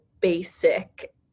basic